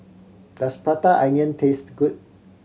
does Prata Onion taste good